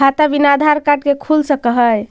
खाता बिना आधार कार्ड के खुल सक है?